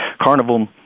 Carnival